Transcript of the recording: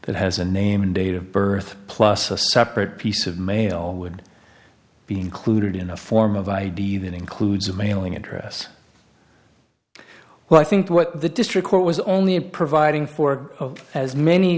that has a name and date of birth plus a separate piece of mail would be included in a form of id that includes a mailing address well i think what the district court was only a providing for as many